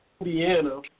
Indiana